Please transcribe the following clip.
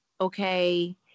okay